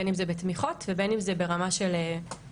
בין אם זה בתמיכות ובין אם זה ברמה של למי